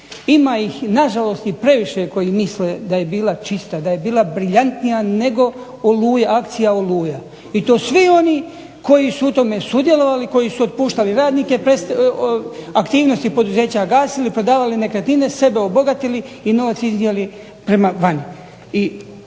Ima ih na žalost i previše koji misle da je bila čista, da je bila briljantnija nego akcija "Oluja", i to svi oni koji su u tome sudjelovali, koji su otpuštali radnike, aktivnosti poduzeća gasili, prodavali nekretnine, sebe obogatili, i novac iznijeli prema vani.